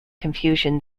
confusion